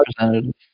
representative